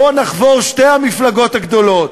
בואו נחבור, שתי המפלגות הגדולות,